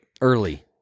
early